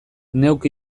neuk